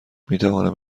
میتوانم